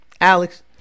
Alex